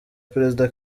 perezida